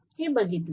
हे बघितले